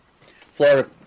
Florida